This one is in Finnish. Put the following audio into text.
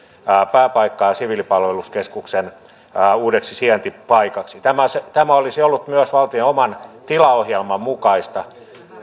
pääpaikkaa siviilipalveluskeskuksen uudeksi sijaintipaikaksi tämä olisi ollut myös valtion oman tilaohjelman mukaista